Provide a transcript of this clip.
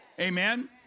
Amen